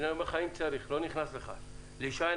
אני לא נכנס למשה לעניינים להישען